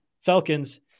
Falcons